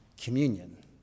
communion